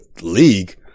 league